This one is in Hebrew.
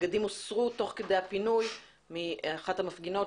הבגדים הוסרו תוך כדי הפינוי מאחת המפגינות,